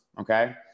okay